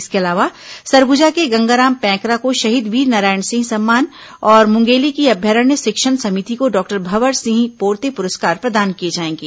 इसके अलावा सरगुजा के गंगाराम पैकरा को शहीद वीरनारायण सिंह सम्मान और मुंगेली की अभ्यारण्य शिक्षण समिति को डॉक्टर भंवर सिंह पोर्ते पुरस्कार प्रदान किए जाएंगे